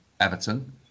Everton